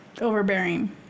overbearing